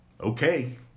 okay